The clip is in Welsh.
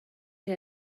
chi